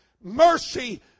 Mercy